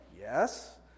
Yes